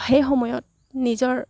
সেই সময়ত নিজৰ